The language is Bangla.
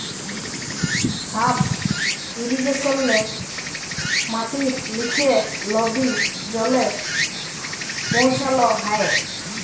সাব ইরিগেশলে মাটির লিচে লদী জলে পৌঁছাল হ্যয়